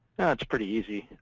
it's pretty easy.